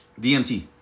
DMT